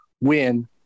win